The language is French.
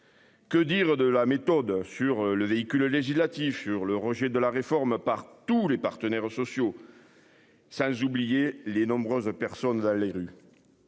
Que dire de la méthode, sur le véhicule législatif sur le rejet de la réforme par tous les partenaires sociaux. Ça j'oublier les nombreuses personnes dans les rues.